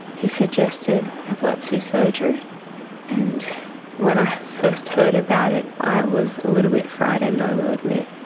he suggested epilepsy surgery and when i first heard about it i was a little bit frightened, i will admit.